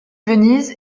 venise